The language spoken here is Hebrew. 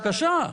בבקשה.